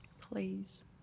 Please